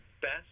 best